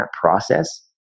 process